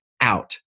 out